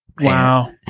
Wow